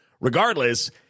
Regardless